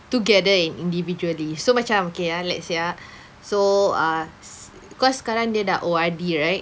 together and individually so macam okay ah let's say ah so ah cause sekarang dia dah O_R_D right